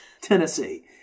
Tennessee